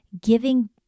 giving